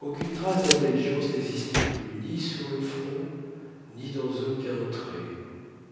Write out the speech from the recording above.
aucune trace d'intelligence n'existait plus ni sur le front ni dans aucun trait